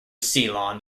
ceylon